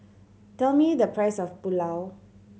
tell me the price of Pulao